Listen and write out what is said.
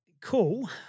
cool